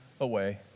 away